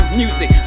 music